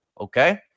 okay